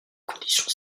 conditions